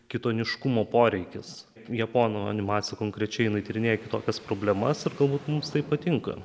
kitoniškumo poreikis japonų animacija konkrečiai jinai tyrinėja kitokias problemas ir galbūt mums tai patinka